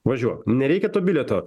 važiuok nereikia to bilieto